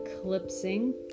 eclipsing